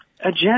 Agenda